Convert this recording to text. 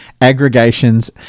aggregations